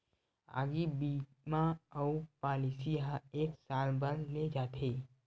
आगी बीमा अउ पॉलिसी ह एक साल बर ले जाथे